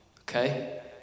Okay